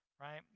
right